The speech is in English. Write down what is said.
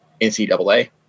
NCAA